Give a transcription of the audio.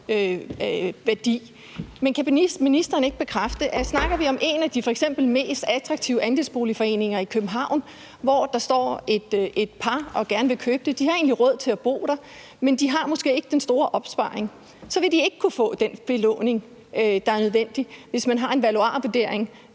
værdi. Men kan ministeren ikke bekræfte, at snakker vi om f.eks. en af de mest attraktive andelsboligforeninger i København, hvor der står et par og gerne vil købe en andel, og de har egentlig råd til at bo der, men de har måske ikke den store opsparing, så vil de ikke kunne få den belåning, der er nødvendig, hvis man har en valuarvurdering,